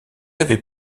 avez